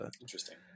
Interesting